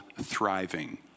thriving